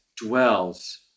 dwells